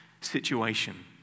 situation